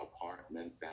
apartment